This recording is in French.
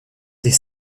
des